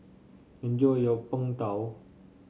enjoy your Png Tao